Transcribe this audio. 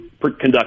conduct